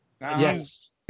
Yes